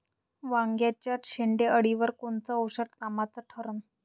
वांग्याच्या शेंडेअळीवर कोनचं औषध कामाचं ठरन?